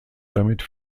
damit